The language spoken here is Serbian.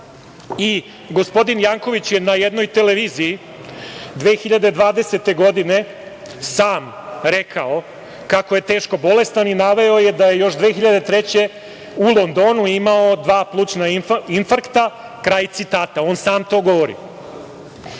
podmladio. Gospodin Janković je na jednoj televiziji 2020. godine sam rekao kako je teško bolestan i naveo je, da je još 2003. godine u Londonu imao dva plućna infarkta, kraj citata, on sam to govori. Takođe,